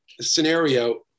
scenario